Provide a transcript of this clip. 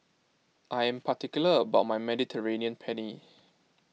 I am particular about my Mediterranean Penne